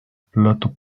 plato